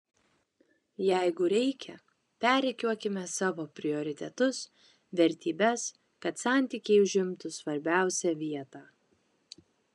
jeigu reikia perrikiuokime savo prioritetus vertybes kad santykiai užimtų svarbiausią vietą